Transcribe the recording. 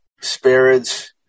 spirits